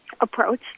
approach